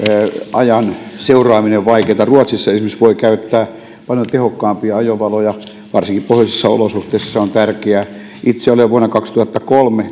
ajan seuraaminen on vaikeata ruotsissa esimerkiksi voi käyttää paljon tehokkaampia ajovaloja varsinkin pohjoisissa olosuhteissa se on tärkeää itse olen jo vuonna kaksituhattakolme